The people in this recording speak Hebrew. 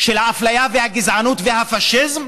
של האפליה והגזענות והפשיזם